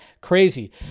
crazy